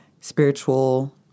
spiritual